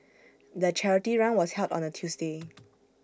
the charity run was held on A Tuesday